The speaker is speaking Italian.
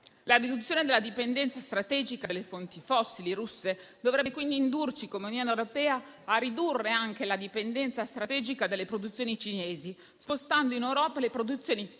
La riduzione della dipendenza strategica dalle fonti fossili russe dovrebbe quindi indurci, come Unione europea, a ridurre anche la dipendenza strategica dalle produzioni cinesi, spostando in Europa quelle tecnologiche